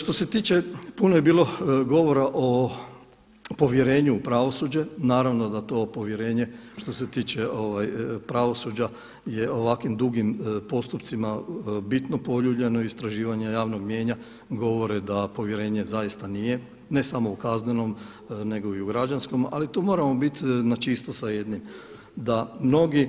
Što se tiče, puno je bilo govora o povjerenju u pravosuđe, naravno da to povjerenje što se tiče pravosuđa je ovako dugim postupcima bitno poljuljano, istraživanje javnog mijenja, govore da povjerenje zaista nije, ne samo u kaznenom nego i u građanskom ali tu moramo biti na čisto sa jednim da mnogi